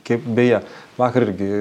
kaip beje vakar irgi